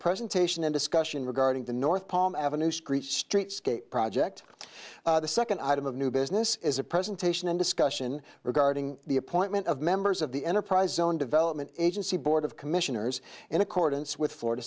presentation in discussion regarding the north palm avenue street streetscape project the second item of new business is a presentation and discussion regarding the appointment of members of the enterprise zone development agency board of commissioners in accordance with florida